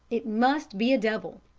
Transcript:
it must be a devil.